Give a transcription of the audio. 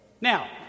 Now